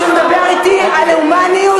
כשהוא מדבר אתי על הומניות,